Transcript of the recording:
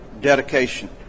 dedication